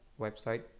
website